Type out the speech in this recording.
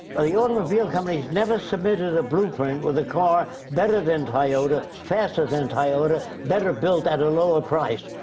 the automobile companies never submitted a blueprint with a car better than toyota, faster than toyota, better built at a lower price.